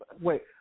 wait